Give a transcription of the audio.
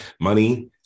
money